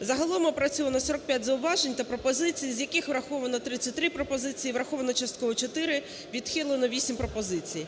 Загалом опрацьовано 45 зауважень та пропозицій, з яких враховано 33 пропозиції, враховано частково – 4, відхилено 8 пропозицій.